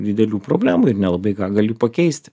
didelių problemų ir nelabai ką gali pakeisti